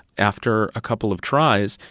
after a couple of tries,